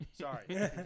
Sorry